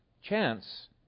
Chance